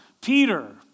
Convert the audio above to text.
Peter